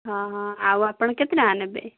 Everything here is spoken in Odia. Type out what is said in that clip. ହଁ ହଁ ଆଉ ଆପଣ କେତେ ଟଙ୍କା ନେବେ